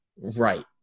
Right